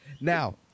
Now